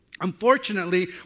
Unfortunately